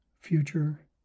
future